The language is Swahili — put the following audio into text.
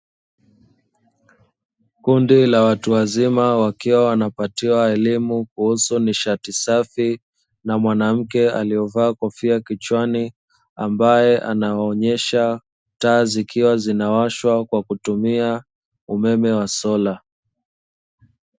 Kundi la watu wazima, wakiwa wanapatiwa elimu kuhusu nishati safi na mwanamke aliyevaa kofia kichwani, ambaye anaonyesha taa zikiwa zinawashwa kwa kutumia umeme wa sola.